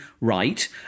right